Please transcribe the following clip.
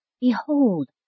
Behold